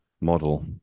model